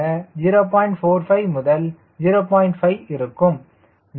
45 முதல் 0